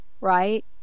right